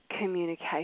communication